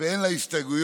ואין לה הסתייגויות.